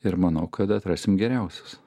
ir manau kad atrasim geriausius